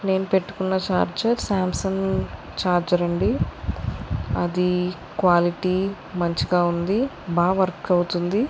నేను పెట్టుకున్న charger Samsung charger అండి అది క్వాలిటీ మంచిగా ఉంది బాగా వర్క్ అవుతుంది